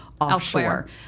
offshore